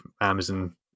Amazon